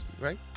right